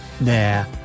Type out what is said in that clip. Nah